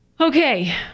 Okay